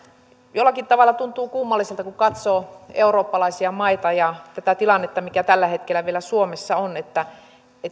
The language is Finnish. jollakin tavalla tuntuu kummalliselta kun katsoo eurooppalaisia maita ja tätä tilannetta mikä tällä hetkellä vielä suomessa on että